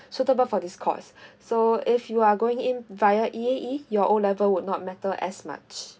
suitable for this course so if you are going in via E_A_E your O level would not matter as much